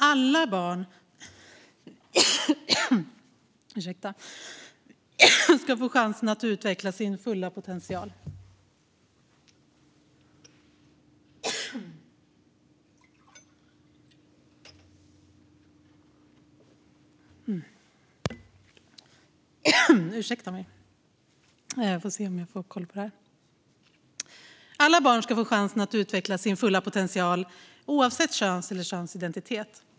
Alla barn ska få chansen att utveckla sin fulla potential, oavsett kön eller könsidentitet.